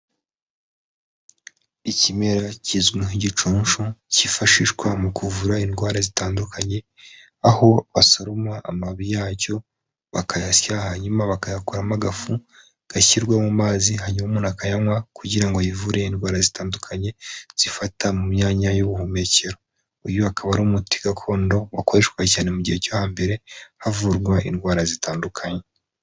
Ikimera kizwi nk'igicunshu kifashishwa mu kuvura indwara zitandukanye aho basoroma amababi yacyo bakayasya hanyuma bakayakoramo agafu gashyirwa mu mazi hanyuma umuntu akayanywa kugira ngo yivure indwara zitandukanye zifata mu myanya y'ubuhumekero. Uyu akaba ari umuti gakondo wakoreshwaga cyane mu gihe cyo hambere havurwa indwara zitandukanye.